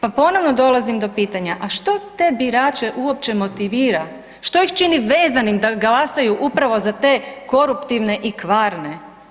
Pa ponovno dolazim do pitanja, a što te birače uopće motivira, što ih čini vezanim da glasaju upravo za te koruptivne i kvarne?